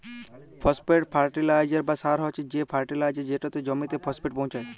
phosphate fertiliser বা সার হছে সে ফার্টিলাইজার যেটতে জমিতে ফসফেট পোঁছায়